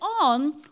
on